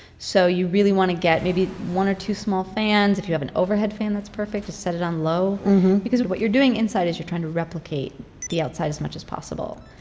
so you really want to get maybe one or two small fans. if you have an overhead fan, that's perfect. just set it on low because but what you're doing inside is you're trying to replicate the outside as much as possible.